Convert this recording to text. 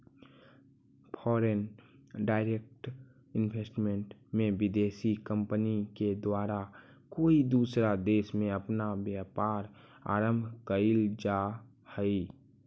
foreign direct investment में विदेशी कंपनी के द्वारा कोई दूसरा देश में अपना व्यापार आरंभ कईल जा हई